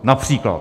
Například.